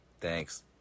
Thanks